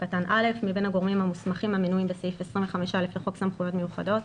קטן (א) מבין הגורמים המנויים בסעיף 25(א) לחוק סמכויות מיוחדות.